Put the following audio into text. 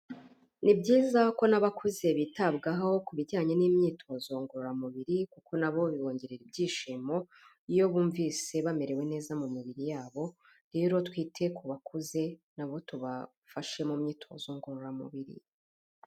Nibyiza ko n'abakuze bitabwaho, ku bijyanye n'imyitozo ngororamubiri, kuko nabo bibongerera ibyishimo, iyo bumvise bamerewe neza mu mibiri yabo, rero twite ku bakuze nabo tubafashe mu myitozo ngororamubiri.